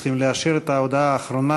צריכים לאשר את ההודעה האחרונה,